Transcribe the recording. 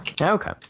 Okay